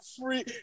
free